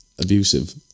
Abusive